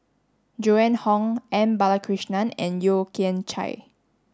Joan Hon M Balakrishnan and Yeo Kian Chye